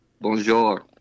Bonjour